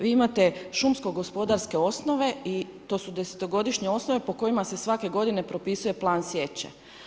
Vi imate šumsko-gospodarske osnove i to su 10-godišnje osnove po kojima se svake godine propisuje plan sječe.